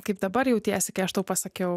kaip dabar jautiesi kai aš tau pasakiau